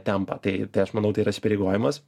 tempą tai aš manau tai yra įsipareigojimas